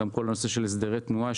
וגם כל הנושא של הסדרי תנועה,